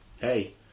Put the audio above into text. Hey